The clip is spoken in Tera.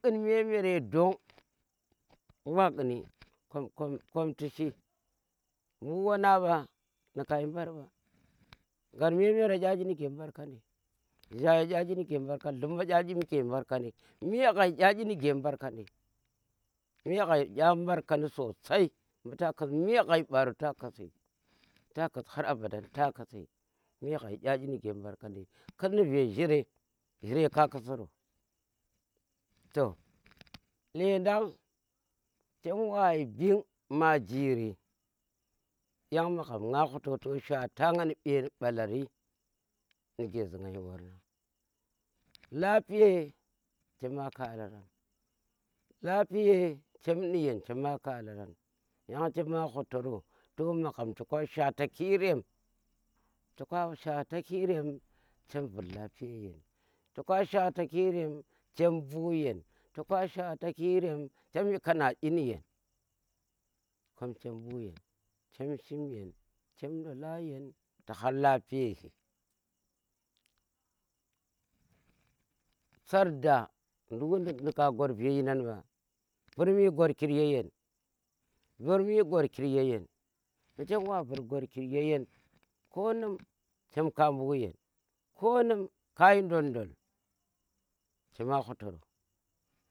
Khun me mere dun mbu wa khuni kam kom ti shi mbuwa nangn mba nika shi mar mba ngar me mere da inuke mbarkandi jhate da inuke mbar kandi me ghai da inige mɓarkani, me gha ɗa mɓarkani sosai mbu ta khis me ghai ɓoro ta khis har abada ta khisi, me ghai ɗa inige mbarkandi, khis na ve jire, jire ka kisaro, to lendang chem wayhi bing ma jiri yang magham nga huto toh shwata nga ni ɓalri nige zi nga ya wara lafiye chama kalarang yang har lapiye chem ni yeng chema kaiarang yang chema hutoro to magham toka shwatakirem toka shwatakirem chem vur lfiye ya yen, to ka shwatakirem chem mbuu yen, to ka shwatakirem chem yi kanadi ni yen, kom chem mbu yen, chem shim yen, chem ndola yen ti har lafiye shi, sarda nduk nuka gwar ve yinan mba vur mi gwarkir ya yon, vur mi gwarkir ye yeng mbu chem wa vur gwarki ya yeng ko num chem ka mbu yeng, ko num kayi ndon ndol chema hutoro.